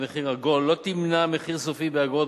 הצגת מחיר עגול לא תמנע מחיר סופי באגורות